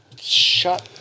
shut